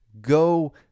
Go